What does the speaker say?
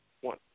one